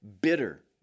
bitter